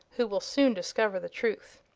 who will soon discover the truth.